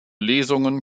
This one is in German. lesungen